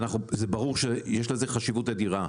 זה ברור שיש לזה חשיבות אדירה,